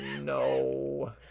No